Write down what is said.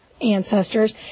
ancestors